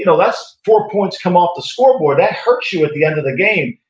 you know that's four points come off the scoreboard, that hurts you at the end of the game.